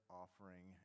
offering